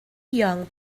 young